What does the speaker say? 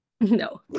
No